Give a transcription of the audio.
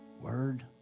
Word